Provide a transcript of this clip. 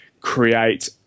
create